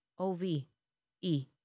o-v-e